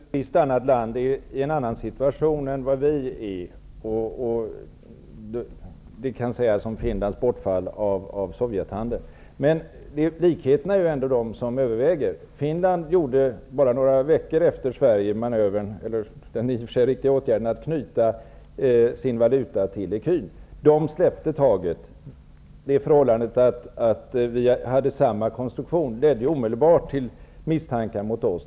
Herr talman! Det går alltid att hävda att ett visst annat land är i en annan situation än vad vi är. Det kan sägas också om Finlands bortfall av Sovjethandeln. Men likheterna överväger ju ändå. Finland vidtog bara några veckor efter Sverige den i och för sig riktiga åtgärden att knyta sin valuta till ecun, men släppte sedan taget. Det förhållandet att vi hade samma konstruktion ledde då omedelbart till misstankar mot oss.